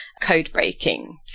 code-breaking